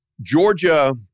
Georgia